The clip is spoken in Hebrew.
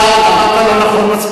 זו לא היתה הקריאה.